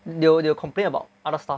they'll they'll complain about other stuff